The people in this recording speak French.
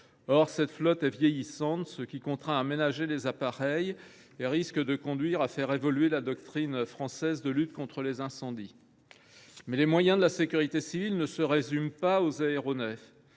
Or cette flotte est vieillissante, ce qui contraint à ménager les appareils et risque de nous forcer à faire évoluer la doctrine française de lutte contre les incendies. Mais les moyens de la sécurité civile ne se résument pas aux aéronefs.